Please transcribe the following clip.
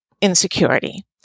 insecurity